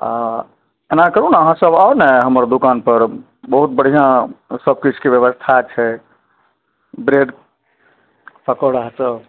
आ एना करू ने अहाँ सब आउ ने हमर दोकानपर बहुत बढ़िऑं सब किछुके व्यवस्था छै ब्रेड पकौड़ा सब